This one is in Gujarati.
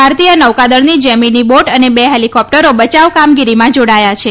ભારતીય નૌકાદળની જેમીની બોટ અને બે હેલિકોપ્ટરો બચાવ કામગીરીમાં જાડાયા છે